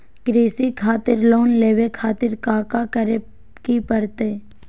कृषि खातिर लोन लेवे खातिर काका करे की परतई?